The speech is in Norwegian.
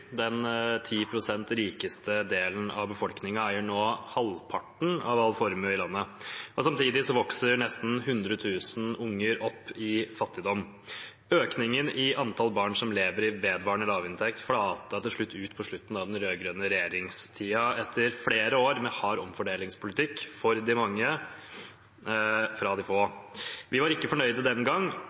Den 10 pst. rikeste delen av befolkningen eier nå halvparten av all formue i landet. Samtidig vokser nesten 100 000 unger opp i fattigdom. Økningen i antall barn som lever med vedvarende lavinntekt, flatet til slutt ut på slutten av den rød-grønne regjeringstiden, etter flere år med hard omfordelingspolitikk for de mange fra de få. Vi var ikke fornøyde